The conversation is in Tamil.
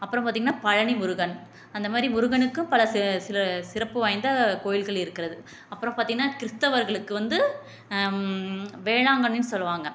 அப்புறம் பார்த்திங்கனா பழனி முருகன் அந்தமாதிரி முருகனுக்குப் பல சிறப்பு வாய்ந்த கோயில்கள் இருக்கிறது அப்புறம் பார்த்திங்கனா கிறிஸ்தவர்களுக்கு வந்து வேளாங்கண்ணின்னு சொல்லுவாங்க